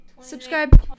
subscribe